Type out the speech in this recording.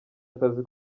akazi